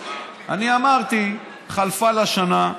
אני אמרתי: חלפה לה שנה,